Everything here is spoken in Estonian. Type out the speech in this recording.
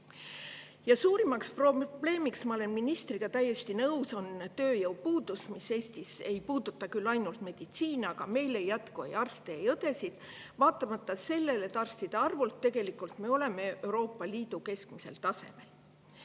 Suurim probleem on – ma olen ministriga täiesti nõus – tööjõupuudus, mis Eestis ei puuduta küll ainult meditsiini, aga meil ei jätku arste ja õdesid, vaatamata sellele, et arstide arvult tegelikult me oleme Euroopa Liidu keskmisel tasemel.